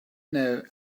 know